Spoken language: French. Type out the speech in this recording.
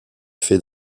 fait